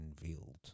unveiled